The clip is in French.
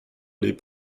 les